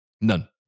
None